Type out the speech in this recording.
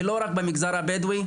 ולא רק במגזר הבדואי,